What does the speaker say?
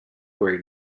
where